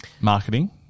marketing